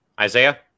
Isaiah